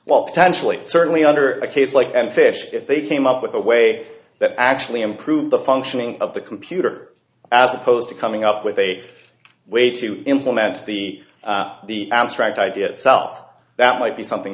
well potentially certainly under a case like and fish if they came up with a way that actually improved the functioning of the computer as opposed to coming up with a way to implement the abstract idea itself that might be something